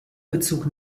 bezug